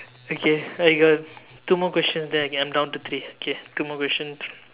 okay I got two more questions then okay I'm down to three okay two more questions